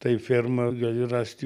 tai fermą gali rasti